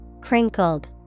Crinkled